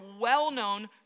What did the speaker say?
well-known